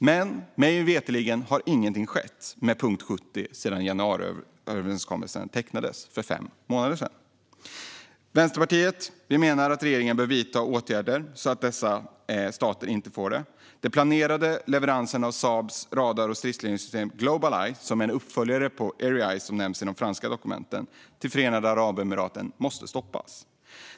Men mig veterligen har inget skett med punkt 70 sedan januariöverenskommelsen tecknades för fem månader sedan. Vänsterpartiet menar att regeringen bör vidta åtgärder så att dessa stater inte får några vapen. Den planerade leveransen av Saabs radar och stridsledningssystem Globaleye, en uppföljare till Erieye som nämns i de franska dokumenten, till Förenade Arabemiraten måste stoppas.